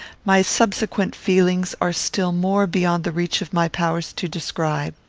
my subsequent feelings are still more beyond the reach of my powers to describe.